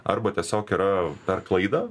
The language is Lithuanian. arba tiesiog yra per klaidą